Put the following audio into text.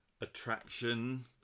attraction